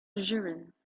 assurance